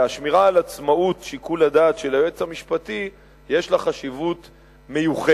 והשמירה על עצמאות שיקול הדעת של היועץ המשפטי יש לה חשיבות מיוחדת,